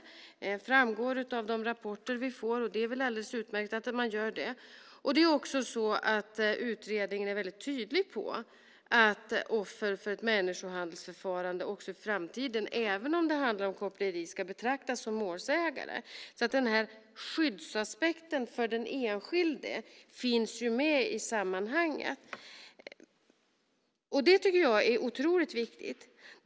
Det framgår av de rapporter vi får. Det är väl alldeles utmärkt att man gör det. Utredningen är också väldigt tydlig med att offer för ett människohandelsliknande förfarande också i framtiden ska betraktas som målsägare, även om det handlar om koppleri. Den här skyddsaspekten för den enskilde finns alltså med i sammanhanget. Det tycker jag är otroligt viktigt.